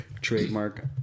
Trademark